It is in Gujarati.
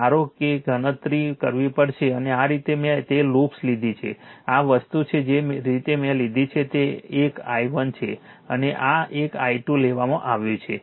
તે ધારો કે ગણતરી કરવી પડશે અને આ રીતે મેં તે લૂપ્સ લીધી છે આ વસ્તુ છે જે રીતે મેં લીધી છે તે એક i1 છે અને આ એક i2 લેવામાં આવ્યું છે